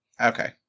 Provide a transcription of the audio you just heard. Okay